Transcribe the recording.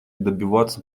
добиваться